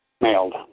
mailed